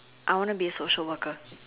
I wanna be a social worker